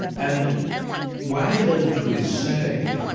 and why don't we say,